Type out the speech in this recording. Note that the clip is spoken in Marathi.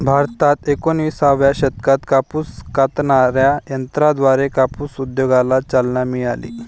भारतात एकोणिसाव्या शतकात कापूस कातणाऱ्या यंत्राद्वारे कापूस उद्योगाला चालना मिळाली